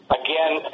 again